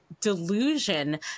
delusion